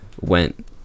went